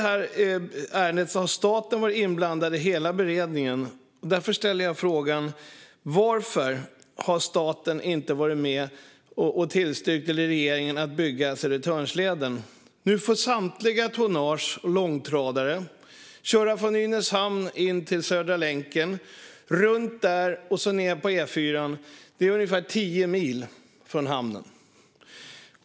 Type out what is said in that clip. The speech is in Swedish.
Staten har varit inblandad i hela beredningen av det här ärendet, och därför ställer jag frågan: Varför har staten, eller regeringen, inte varit med och tillstyrkt bygget av Södertörnsleden? Nu får samtliga tonnage och långtradare köra från Nynäshamn in till Södra länken, vända runt där och sedan köra ned på E4:an. Det är ungefär tio mil från hamnen.